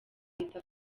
ahita